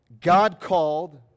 God-called